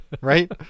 right